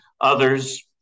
Others